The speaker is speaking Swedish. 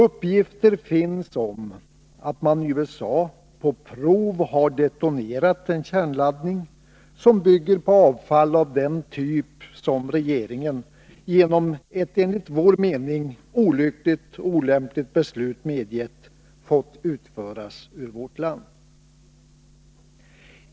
Uppgifter finns om att man i USA på prov har detonerat en kärnladdning, som bygger på avfall av den typ som regeringen genom ett enligt vår mening olyckligt och olämpligt beslut medgett får utföras ur vårt land.